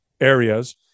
areas